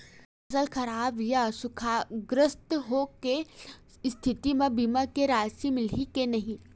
फसल खराब या सूखाग्रस्त होय के स्थिति म बीमा के राशि मिलही के नही?